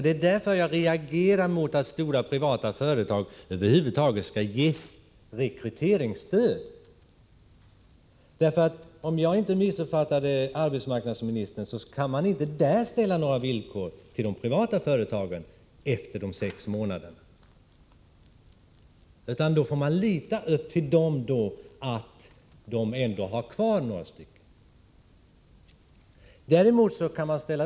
Det är därför jag reagerar mot att stora privata företag över huvud taget skall ges rekryteringsstöd. Om jag inte missuppfattade arbetsmarknadsministern kan man inte ställa några villkor rörande tiden efter de första sex månaderna, när man betalar ut rekryteringsstöd till de privata företagen. Man får lita på att de ändå har kvar några stycken av dem som anställts med rekryteringsstöd.